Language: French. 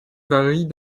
varie